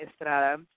Estrada